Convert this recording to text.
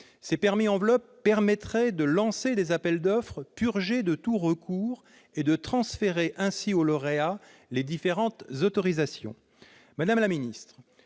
Ces permis enveloppes permettraient de lancer des appels d'offres purgés de tout recours et de transférer ainsi aux lauréats les différentes autorisations. Madame la secrétaire